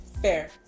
fair